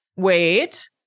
Wait